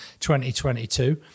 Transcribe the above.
2022